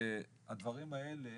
הדברים האלה